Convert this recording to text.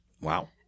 Wow